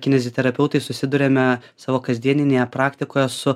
kineziterapeutai susiduriame savo kasdieninėje praktikoje su